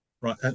Right